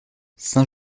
saint